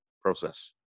process